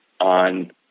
on